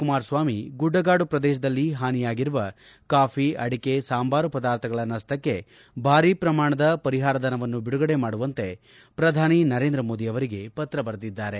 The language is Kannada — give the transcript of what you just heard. ಕುಮಾರಸ್ವಾಮಿ ಗುಡ್ಡಗಾಡು ಪ್ರದೇಶದಲ್ಲಿ ಹಾನಿಯಾಗಿರುವ ಕಾಫಿ ಅಡಿಕೆ ಸಾಂಭಾರು ಪಧಾರ್ಥಗಳ ನಷ್ಟಕ್ಕೆ ಬಾರೀ ಪ್ರಮಾಣದ ಪರಿಹಾರ ಧನವನ್ನು ಬಿಡುಗಡೆ ಮಾಡುವಂತೆ ಪ್ರಧಾನಿ ನರೇಂದ್ರ ಮೋದಿಯವರಿಗೆ ಪತ್ರ ಬರೆದಿದ್ದಾರೆ